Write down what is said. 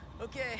Okay